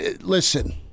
Listen